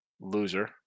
Loser